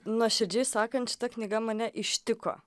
nuoširdžiai sakant šita knyga mane ištiko